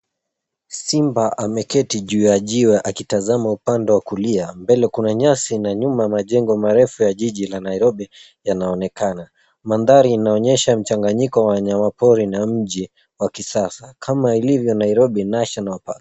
Simba ameketi juu ya jiwe akitazama upande wa kulia. Mbele kuna nyasi na nyuma majengo marefu ya jiji la Nairobi yanaonekana. Mandhari inaonyesha mchanganyiko wa wanyamapori na mji wa kisasa kama ilivyo Nairobi National Park.